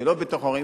ולא בתוך ההורים.